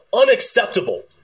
unacceptable